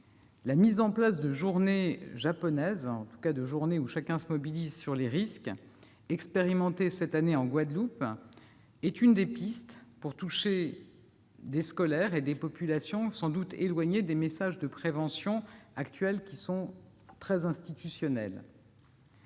La mise en place de « journées japonaises », durant lesquelles chacun se mobilise face aux risques, mise en place expérimentée cette année en Guadeloupe, est l'une des pistes pour toucher des publics scolaires et des populations sans doute éloignées des messages de prévention actuels, qui sont très institutionnels.